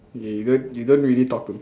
ya you don't you don't really talk to